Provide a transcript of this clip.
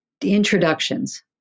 introductions